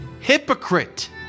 hypocrite